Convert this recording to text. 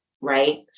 right